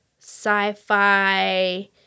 sci-fi